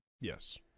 yes